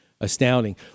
astounding